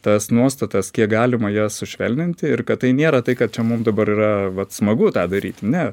tas nuostatas kiek galima jas sušvelninti ir kad tai nėra tai kad čia mum dabar yra vat smagu tą daryti ne